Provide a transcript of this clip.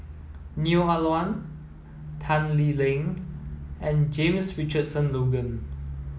Neo Ah Luan Tan Lee Leng and James Richardson Logan